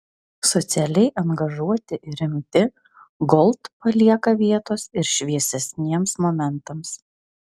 socialiai angažuoti ir rimti gold palieka vietos ir šviesesniems momentams